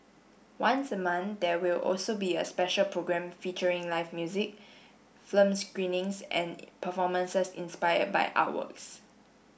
once a month there will also be a special programme featuring live music film screenings and performances inspired by artworks